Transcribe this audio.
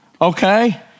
Okay